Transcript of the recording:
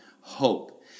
hope